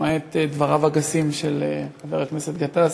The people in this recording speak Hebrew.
למעט דבריו הגסים של חבר הכנסת גטאס.